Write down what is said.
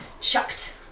chucked